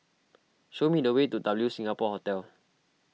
show me the way to W Singapore Hotel